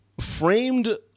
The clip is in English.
framed